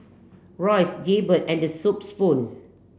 Royce Jaybird and The Soup Spoon